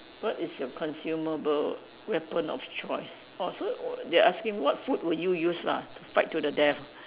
what is your consumable weapon of choice orh so they asking what food would you use lah to fight to death